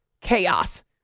chaos